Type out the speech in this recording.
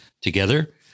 together